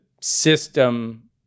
system